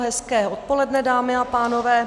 Hezké odpoledne, dámy a pánové.